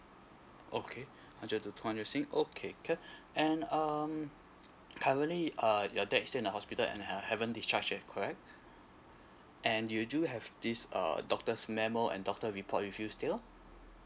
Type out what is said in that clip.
okay hundred to two hundred sing okay can and um currently uh your dad still in the hospital and uh haven't discharge yet correct and you do have this uh doctor's memo and doctor report with you still